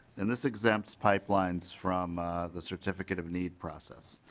and this exempts pipelines from the certificate of need process.